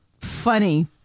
funny